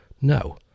No